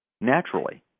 naturally